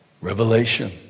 revelation